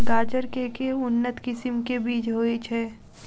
गाजर केँ के उन्नत किसिम केँ बीज होइ छैय?